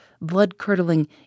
blood-curdling